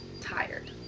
Tired